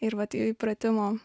ir vat įpratimo